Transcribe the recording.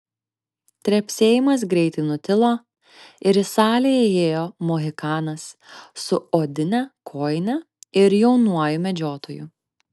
trepsėjimas greitai nutilo ir į salę įėjo mohikanas su odine kojine ir jaunuoju medžiotoju